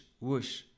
whoosh